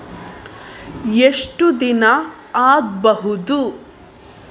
ಎಷ್ಟು ದಿನ ಆಗ್ಬಹುದು?